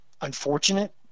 unfortunate